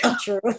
True